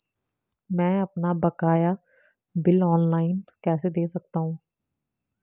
मैं अपना बकाया बिल ऑनलाइन कैसे दें सकता हूँ?